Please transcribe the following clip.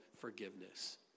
forgiveness